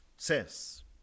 says